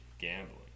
gambling